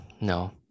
no